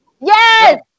Yes